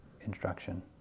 instruction